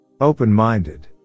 Open-minded